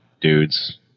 dudes